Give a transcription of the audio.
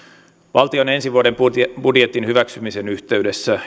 valtion ensi vuoden budjetin hyväksymisen yhteydessä